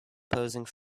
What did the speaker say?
posing